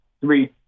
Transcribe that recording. three